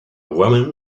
woman